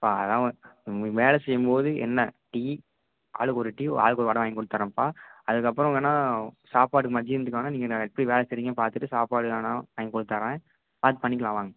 பா அதெல்லாம் ஒன் வேலை செய்யும் போது என்ன டீ ஆளுக்கு ஒரு டீ ஆளுக்கு ஒரு வடை வாங்கி கொடுத்தட்றேன்ப்பா அதுக்கப்புறம் வேணால் சாப்பாடு மதியத்துக்கு வேணால் நீங்கள் எப்படி வேலை செய்கிறீங்கன்னு பார்த்துட்டு சாப்பாடு வேணால் வாங்கி கொடுத்தட்றேன் பார்த்து பண்ணிக்கலாம் வாங்க